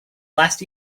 last